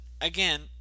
again